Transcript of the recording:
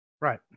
right